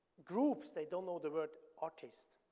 groups they don't know the word artist.